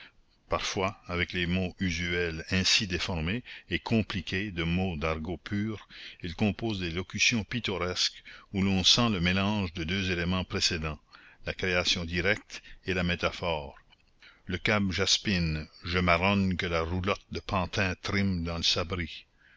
parfois avec les mots usuels ainsi déformés et compliqués de mots d'argot pur il compose des locutions pittoresques où l'on sent le mélange des deux éléments précédents la création directe et la métaphore le cab jaspine je marronne que la roulotte de pantin trime dans le sabri